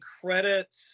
credit